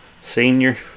senior